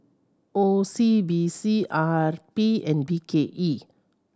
O C B C R P and B K E